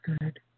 good